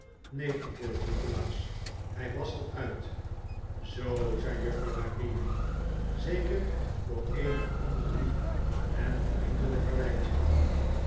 neen antwoordde nikolaas hij was al uit zoo zei juffrouw la creevy zeker voor een of ander lief en vriendelijk karweitje